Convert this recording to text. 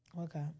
Okay